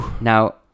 Now